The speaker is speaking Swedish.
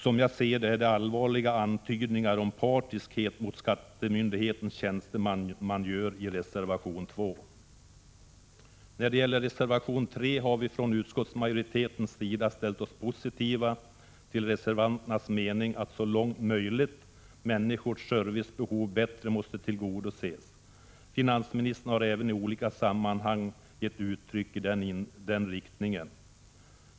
Som jag ser det är det allvarliga antydningar om partiskhet man gör i reservation nr 2 om skattemyndighetens tjänstemän. När det gäller reservation nr 3 vill jag säga att vi från utskottsmajoritetens sida ställt oss positiva till reservanternas mening att människors servicebehov så långt som möjligt måste tillgodoses. Även finansministern har i olika sammanhang uttalat sig i den riktningen.